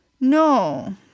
No